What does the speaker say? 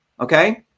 okay